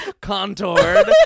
Contoured